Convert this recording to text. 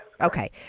Okay